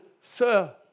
sir